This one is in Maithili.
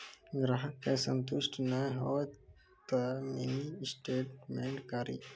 ग्राहक के संतुष्ट ने होयब ते मिनि स्टेटमेन कारी?